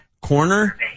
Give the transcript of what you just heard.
Corner